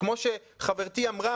שכמו שחברתי אמרה,